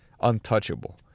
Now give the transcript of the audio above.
untouchable